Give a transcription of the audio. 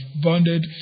bonded